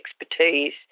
expertise